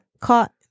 caught